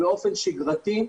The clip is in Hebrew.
באגריטק.